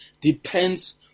depends